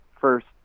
first